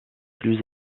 plus